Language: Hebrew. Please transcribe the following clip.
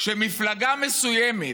כשמפלגה מסוימת,